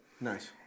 Nice